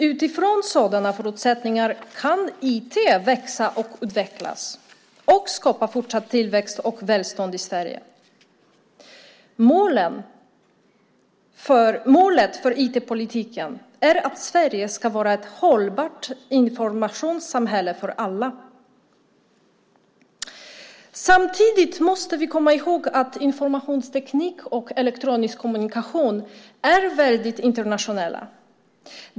Utifrån sådana förutsättningar kan IT växa och utvecklas samt skapa fortsatt tillväxt och välstånd i Sverige. Målet för IT-politiken är att Sverige ska vara ett hållbart informationssamhälle för alla. Samtidigt måste vi komma ihåg att informationsteknik och elektronisk kommunikation är väldigt internationellt.